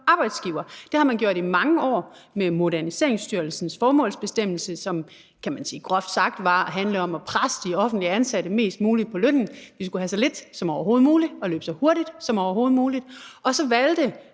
Det har man gjort i mange år med Moderniseringsstyrelsens formålsbestemmelse, som, kan man sige, groft sagt handlede om at presse de offentligt ansatte mest muligt på lønnen. De skulle have så lidt som overhovedet muligt og løbe så hurtigt som overhovedet muligt. Og så valgte